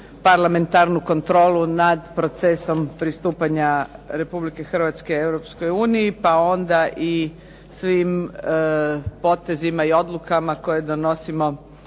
parlamentarnu kontrolu nad procesom pristupanja Republike Hrvatske Europskoj uniji, pa onda i svim potezima i odlukama koje donosimo